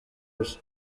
bye